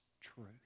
truth